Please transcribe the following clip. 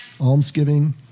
almsgiving